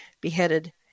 beheaded